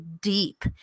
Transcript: deep